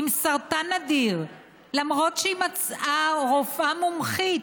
עם סרטן נדיר, למרות שהיא מצאה רופאה מומחית,